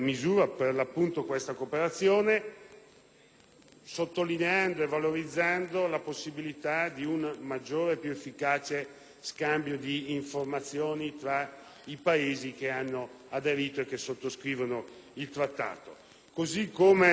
sottolineandola e valorizzandola, la possibilità di realizzare un maggiore e più efficace scambio di informazioni tra i Paesi che hanno aderito e che sottoscrivono il Trattato. Così come rende agevole, quindi utile,